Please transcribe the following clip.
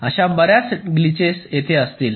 अशा बर्याच ग्लिचेस येथे असतील